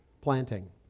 planting